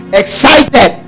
excited